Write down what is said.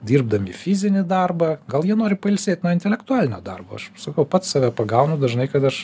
dirbdami fizinį darbą gal jie nori pailsėt nuo intelektualinio darbo aš sakau pats save pagaunu dažnai kad aš